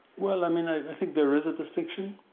well, i mean ah i think there is a distinction,